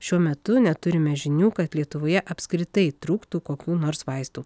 šiuo metu neturime žinių kad lietuvoje apskritai trūktų kokių nors vaistų